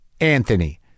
Anthony